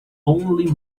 only